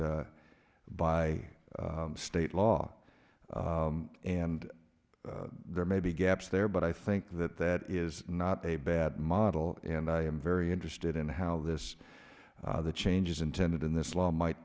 by state law and there may be gaps there but i think that that is not a bad model and i am very interested in how this the changes intended in this law might